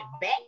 back